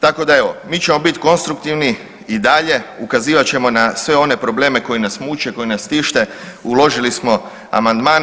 Tako da evo, mi ćemo biti konstruktivni i dalje, ukazivat ćemo na sve one probleme koji nas muče, koji nas tište, uložili smo amandmane.